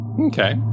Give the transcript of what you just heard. Okay